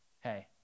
hey